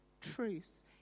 truth